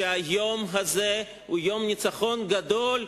שהיום הזה הוא יום ניצחון גדול,